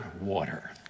water